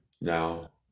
now